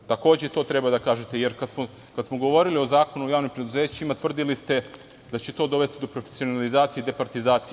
To takođe treba da kažete, jer kada smo govorili o Zakonu o javnim preduzećima, tvrdili ste da će to dovesti do profesionalizacije i departizacije.